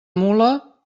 mula